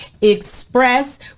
express